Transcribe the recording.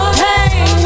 pain